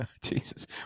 jesus